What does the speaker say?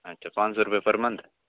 अच्छा पाँच सौ रुपए पर मन्थ